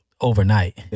overnight